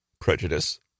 Prejudice